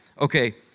okay